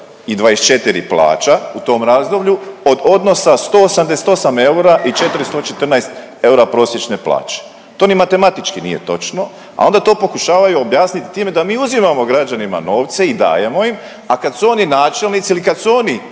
i 24 plaća u tom razdoblju od odnosa 188 eura i 414 eura prosječne plaće. To ni matematički nije točno, a onda to pokušavaju objasniti time da mi uzimamo građanima novce i dajemo im, a kad su oni načelnici ili kad su oni